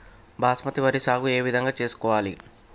బాస్మతి వరి సాగు ఏ విధంగా చేసుకోవాలి?